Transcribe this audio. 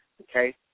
okay